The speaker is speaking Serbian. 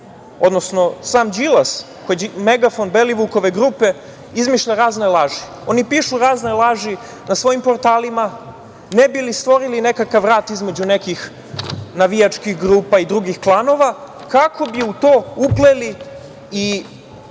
odnosno sam Đilas, megafon Belivukove grupe, izmišlja razne laži. Oni pišu razne laži na svojim portalima, ne bi li stvorili nekakav rat između nekih navijačkih grupa i drugih klanova, kako bi u to upleli i mladog